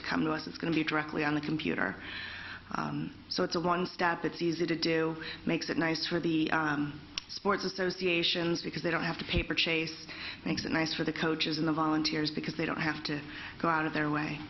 to come to us it's going to be directly on the computer so it's a one step it's easy to do makes it nice for the sports associations because they don't have to paper chase makes it nice for the coaches in the volunteers because they don't have to go out of their way